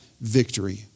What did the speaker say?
victory